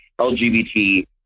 LGBT